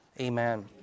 Amen